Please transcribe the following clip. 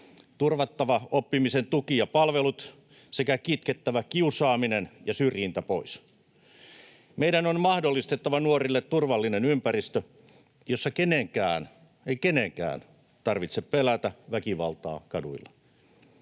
turvattava oppimisen tuki ja palvelut sekä kitkettävä kiusaaminen ja syrjintä pois. Meidän on mahdollistettava nuorille turvallinen ympäristö, jossa ei kenenkään — ei kenenkään — tarvitse pelätä väkivaltaa kaduilla.